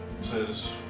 says